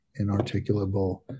inarticulable